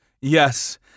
yes